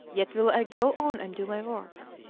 yet will i go on and do my work.